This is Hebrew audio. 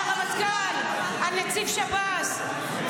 על הרמטכ"ל ------- על נציב שב"ס,